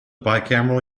bicameral